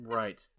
right